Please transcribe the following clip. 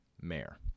mayor